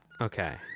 Okay